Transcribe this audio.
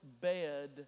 bed